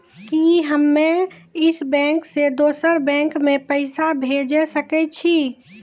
कि हम्मे इस बैंक सें दोसर बैंक मे पैसा भेज सकै छी?